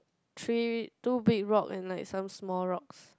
three two big rock and like some small rocks